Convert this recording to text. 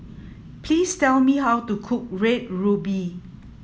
please tell me how to cook red ruby